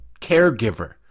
Caregiver